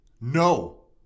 No